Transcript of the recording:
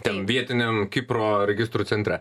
ten vietiniam kipro registrų centre